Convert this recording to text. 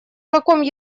каком